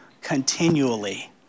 Continually